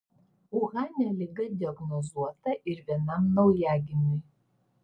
uhane liga diagnozuota ir vienam naujagimiui